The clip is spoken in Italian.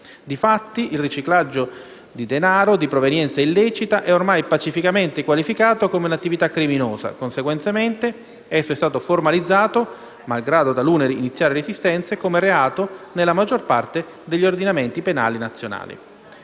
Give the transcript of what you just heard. Di fatti, il riciclaggio di denaro di provenienza illecita è ormai pacificamente qualificato come un'attività criminosa; conseguentemente, esso è stato formalizzato, malgrado talune iniziali resistenze, come reato nella maggior parte degli ordinamenti penali nazionali.